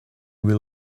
will